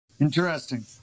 Interesting